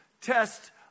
test